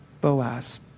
Boaz